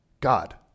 God